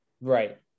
right